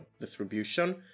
distribution